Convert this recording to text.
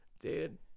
Dude